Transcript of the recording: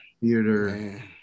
Theater